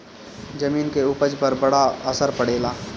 जमीन के उपज पर बड़ा असर पड़ेला